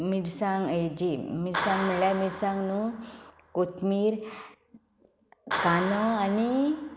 मिरसांग हेची मिरसांग म्हळ्यार मिरसांग न्हू कोथमीर कांदो आनी